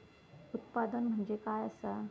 उत्पादन म्हणजे काय असा?